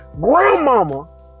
Grandmama